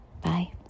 Bye